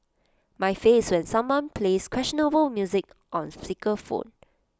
my face when someone plays questionable music on speaker phone